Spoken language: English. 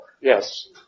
Yes